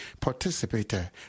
participated